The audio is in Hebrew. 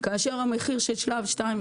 כאשר המחיר של שלב 2,